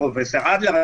פרופ' אדלר,